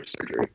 surgery